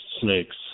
snakes